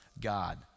God